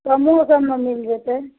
कमो दाममे मिल जेतय